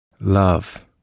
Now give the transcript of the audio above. love